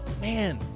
Man